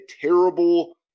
terrible